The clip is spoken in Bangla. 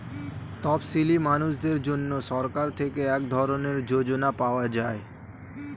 তপসীলি মানুষদের জন্য সরকার থেকে এক ধরনের যোজনা পাওয়া যায়